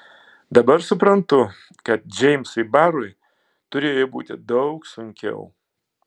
dabar suprantu kad džeimsui barui turėjo būti daug sunkiau